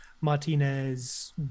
Martinez